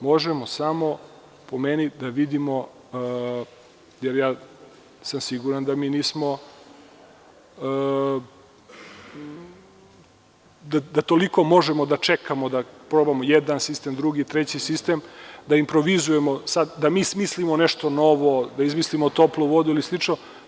Možemo samo, po meni, da vidimo, jer ja sam siguran da toliko možemo da čekamo po ovome, jedan sistem, drugi, treći sistem, da improvizujemo, da mi smislimo nešto novo, da izmislimo toplu vodu ili slično.